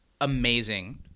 amazing